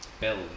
build